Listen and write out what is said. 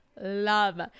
love